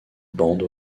bandes